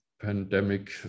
pandemic